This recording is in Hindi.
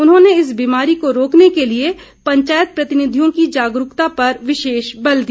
उन्होंने इस बीमारी को रोकने के लिए पंचायत प्रतिनिधियों की जागरूकता पर विशेष बल दिया